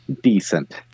decent